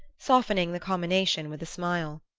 softening the commination with a smile.